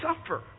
suffer